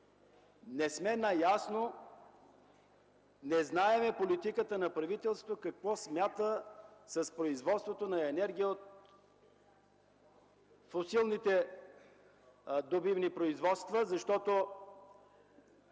не сме наясно, не знаем политиката на правителството и какво смята то за производството на енергия от фосилните добивни производства. Няма